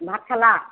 ভাত খালা